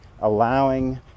allowing